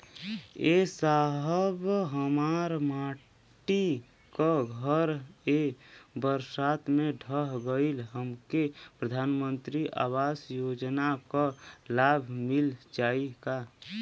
ए साहब हमार माटी क घर ए बरसात मे ढह गईल हमके प्रधानमंत्री आवास योजना क लाभ मिल जाई का?